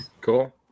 Cool